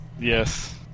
yes